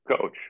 coach